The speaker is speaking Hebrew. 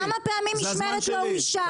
כמה פעמים משמרת לא אוישה?